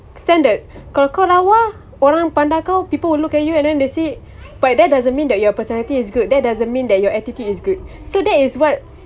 standard kalau kau lawa orang pandang kau people will look at you and then they say but that doesn't mean that your personality is good that doesn't mean that your attitude is good so that is what